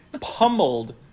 pummeled